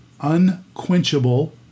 unquenchable